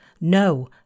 No